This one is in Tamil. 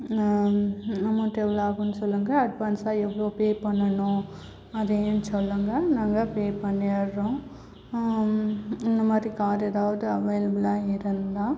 அமௌண்ட் எவ்வளோ ஆகுதுன் சொல்லுங்க அட்வான்ஸாக எவ்வளோ பே பண்ணணும் அதையும் சொல்லுங்க நாங்கள் பே பண்ணிடுறோம் இந்த மாதிரி கார் எதாவது அவைலபிளாக இருந்தால்